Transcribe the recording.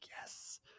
yes